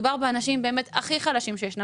מדובר באנשים באמת הכי חלשים שישנם.